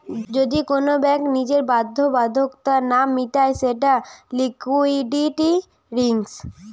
যদি কোন ব্যাঙ্ক নিজের বাধ্যবাধকতা না মিটায় সেটা লিকুইডিটি রিস্ক